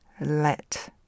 Let